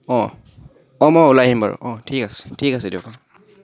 অ' অ' মই ওলাই আহিম বাৰু অ' ঠিক আছে ঠিক আছে দিয়ক